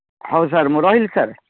ହଉ ସାର୍ ମୁଁ ରହିଲି ସାର୍